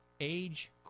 age